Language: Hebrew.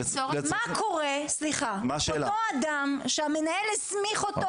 מה קורה, אותו אדם שהמנהל הסמיך אותו